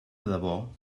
debò